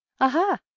aha